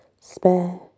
Spare